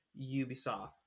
Ubisoft